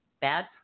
Bad